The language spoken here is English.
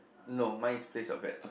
no mine is place your bets